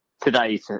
today